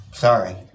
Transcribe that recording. Sorry